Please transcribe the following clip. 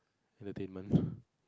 entertainment